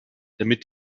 damit